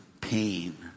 pain